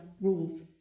rules